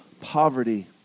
poverty